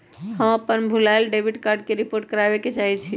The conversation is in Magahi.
हम अपन भूलायल डेबिट कार्ड के रिपोर्ट करावे के चाहई छी